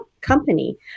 company